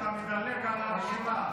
אתה מדלג על הרשימה.